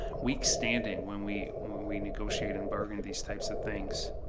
weak standing when we when we negotiate and bargain these types of things.